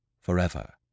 forever